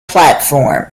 platforms